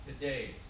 today